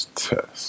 test